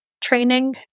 training